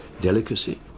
Delicacy